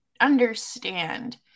understand